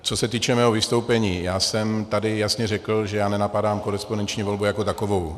Co se týče mého vystoupení, já jsem tady jasně řekl, že já nenapadám korespondenční volbu jako takovou.